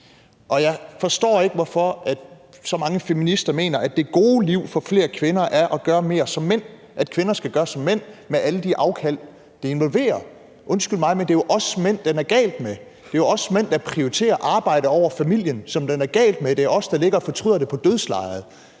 Og jeg forstår ikke, hvorfor så mange feminister mener, at det gode liv for flere kvinder er at gøre mere som mænd, altså at kvinder skal gøre mere som mænd med alle de afkald, det involverer. Undskyld mig, men det er jo os mænd, den er gal med. Det er jo os mænd, der prioriterer arbejdet over familien, den er gal med. Det er os, der ligger og fortryder det på dødslejet.